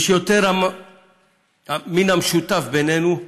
יש יותר מן המשותף בינינו,